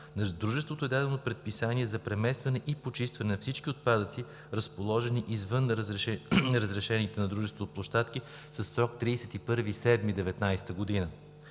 дружеството е дадено предписание за преместване и почистване на всички отпадъци, разположени извън разрешените на дружеството площадки със срок 31